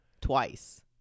twice